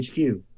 HQ